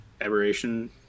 aberration